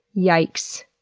yikes.